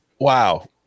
Wow